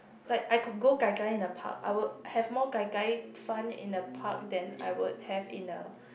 like I could go gai gai in the park I would have more gai gai fun in the park than I would have in a